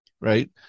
right